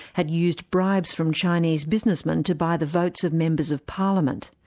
had used bribes from chinese businessmen to buy the votes of members of parliament.